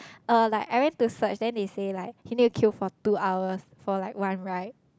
oh like I went to search then they say like you need to queue for two hours for like one ride